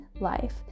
life